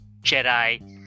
Jedi